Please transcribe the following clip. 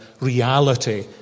reality